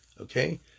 okay